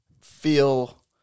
feel